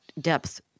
depth